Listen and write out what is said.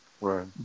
Right